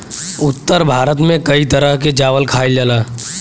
उत्तर भारत में कई तरह के चावल खाईल जाला